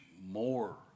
more